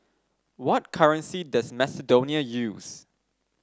what currency does Macedonia use